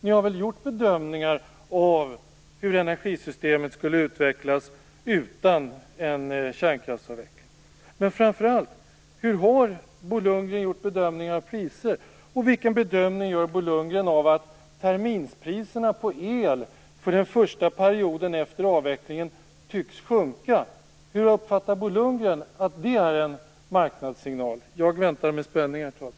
Ni har väl gjort bedömningar av hur energisystemet skulle utvecklas utan en kärnkraftsavveckling? Framför allt: Hur har Bo Lundgren bedömt priserna? Vilken bedömning gör Bo Lundgren av att terminspriserna på el för den första perioden efter avvecklingen tycks sjunka? Hur uppfattar Bo Lundgren den marknadssignalen? Jag väntar med spänning, herr talman.